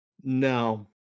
no